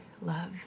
Love